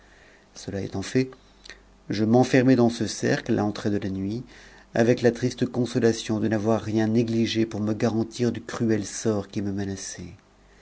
ce étant fait je m'enfermai dans ce cercle à l'entrée de la nuit avec la triste consolation de n'avoir rien négligé pour me garantir du cruel sort qui me menaçait